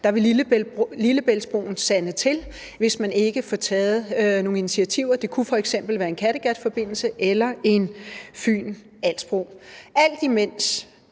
at Lillebæltsbroen på sigt vil sande til, hvis man ikke får taget nogle initiativer, som f.eks. kunne være en Kattegatforbindelse eller en Fyn-Als-bro. Alt imens